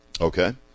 Okay